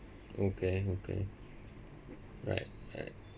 okay okay right I